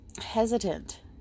hesitant